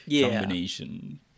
combination